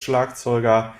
schlagzeuger